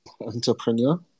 entrepreneur